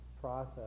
process